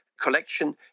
collection